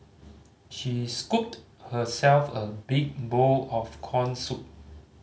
she scooped herself a big bowl of corn soup